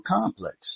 complex